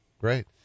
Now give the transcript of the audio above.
great